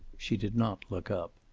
she did not look up.